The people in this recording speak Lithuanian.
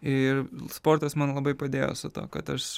ir sportas man labai padėjo su tuo kad aš